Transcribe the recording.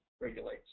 regulates